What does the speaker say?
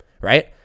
right